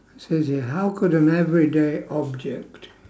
says here how could an everyday object